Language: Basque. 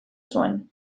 zuen